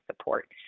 support